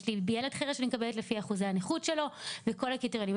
יש לי ילד חירש ואני מקבלת לפי אחוזי הנכות שלו וכל הקריטריונים.